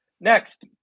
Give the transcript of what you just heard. next